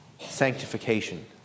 Sanctification